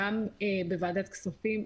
גם בוועדת הכספים,